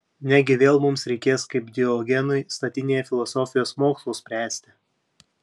negi vėl mums reikės kaip diogenui statinėje filosofijos mokslus spręsti